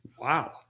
Wow